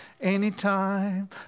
Anytime